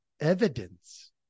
evidence